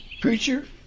Preacher